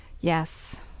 Yes